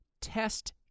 Test